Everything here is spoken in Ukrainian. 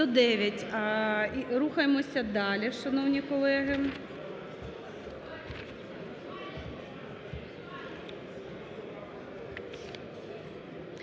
Дякую.